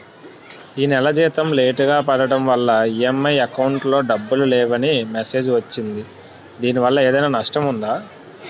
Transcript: ఈ నెల జీతం లేటుగా పడటం వల్ల ఇ.ఎం.ఐ అకౌంట్ లో డబ్బులు లేవని మెసేజ్ వచ్చిందిదీనివల్ల ఏదైనా నష్టం ఉందా?